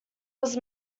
was